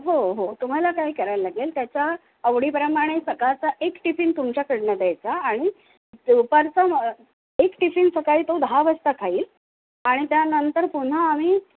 हो हो तुम्हाला काय करायला लागेल त्याच्या आवडीप्रमाणे सकाळचा एक टिफिन तुमच्याकडून द्यायचा आणि उपारचा मग एक टिफिन सकाळी तो दहा वाजता खाईल आणि त्यानंतर पुन्हा आम्ही